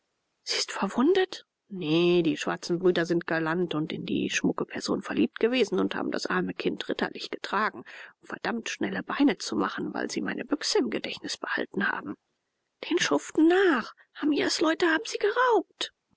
sie ist verwundet nee die schwarzen brüder sind galant und in die schmucke person verliebt gewesen und haben das arme kind ritterlich getragen um verdammt schnelle beine zu machen weil sie meine büchse im gedächtnis behalten haben den schuften nach hamias leute haben sie geraubt